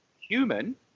human